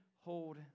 hold